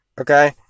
okay